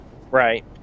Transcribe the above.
Right